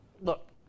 Look